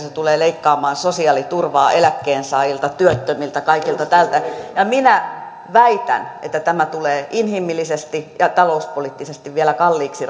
se tulee leikkaamaan sosiaaliturvaa eläkkeensaajilta työttömiltä kaikilta näiltä ja minä väitän että tulee inhimillisesti ja talouspoliittisesti vielä kalliiksi